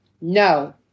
No